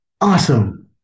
awesome